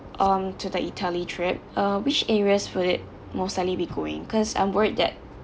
um to the italy trip uh which areas will it most likely be going cause I'm worried that